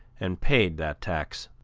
and paid that tax